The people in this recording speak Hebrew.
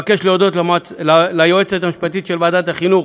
אני מבקש להודות ליועצת המשפטית של ועדת החינוך,